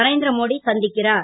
நரேந் ரமோடி சந் க்கிறார்